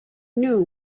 knew